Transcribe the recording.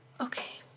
Okay